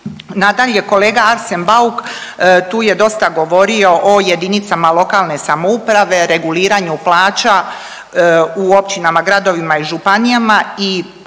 Nadalje, kolega Arsen Bauk tu je dosta govorio o jedinicama lokalne samouprave, reguliranju plaća u općinama, gradovima i županijama